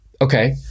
Okay